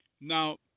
Now